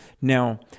Now